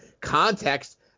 context